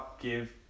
give